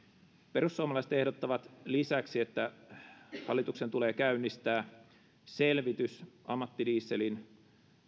perussuomalaiset ehdottavat lisäksi että hallituksen tulee käynnistää selvitys ammattidieselin